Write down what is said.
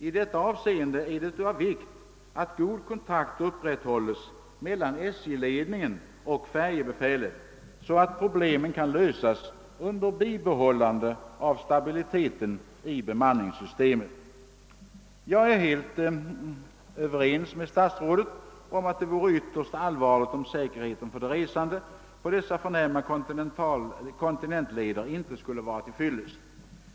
I detta avseende är det av vikt att god kontakt upprätthålles mellan SJ-ledningen och färjebefälet, så att problemen kan lösas under bibehållande av stabiliteten i bemanningssystemet. Jag är helt överens med statsrådet om att det vore ytterst allvarligt om säkerheten för de resande på dessa förnämliga kontinentleder ej skulle vara till fyllest.